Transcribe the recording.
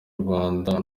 rwanda